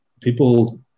people